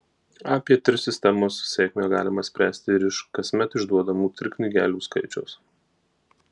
apie tir sistemos sėkmę galima spręsti ir iš kasmet išduodamų tir knygelių skaičiaus